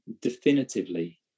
definitively